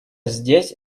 здесь